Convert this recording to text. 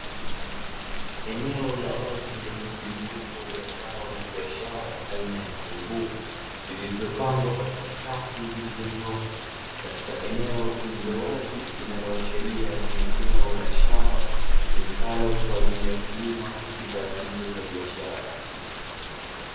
Eneo la wazi lenye mjumuiko wa zao la biashara aina ya vitunguu viliyopangwa katika safu zilizonyooka, katika eneo lililowazi linaloashiria ni eneo la shamba, litumikalo kwa ajili ya kulima bidhaa hizo za biashara.